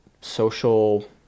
social